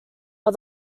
but